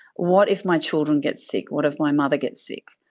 what if my children get sick? what if my mother gets sick?